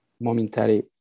momentary